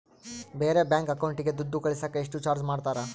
ಬೇರೆ ಬ್ಯಾಂಕ್ ಅಕೌಂಟಿಗೆ ದುಡ್ಡು ಕಳಸಾಕ ಎಷ್ಟು ಚಾರ್ಜ್ ಮಾಡತಾರ?